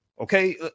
Okay